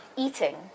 eating